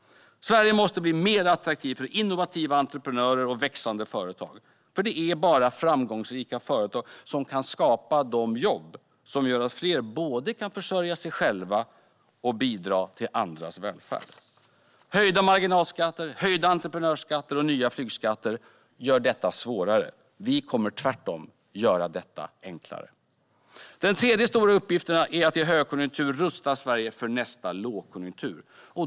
Sverige måste bli mer attraktivt för innovativa entreprenörer och växande företag. Det är bara framgångsrika företag som kan skapa de jobb som gör att fler kan både försörja sig själva och bidra till andras välfärd. Höjda marginalskatter, höjda entreprenörsskatter och nya flygskatter gör detta svårare. Vi kommer tvärtom att göra detta enklare. Den tredje stora uppgiften är att i högkonjunktur rusta Sverige för nästa lågkonjunktur.